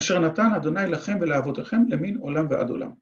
‫אשר נתן ה' אליכם ולאבותיכם ‫למין עולם ועד עולם.